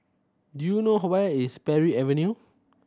do you know where is Parry Avenue